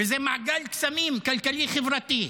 וזה מעגל קסמים כלכלי-חברתי.